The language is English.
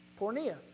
Pornea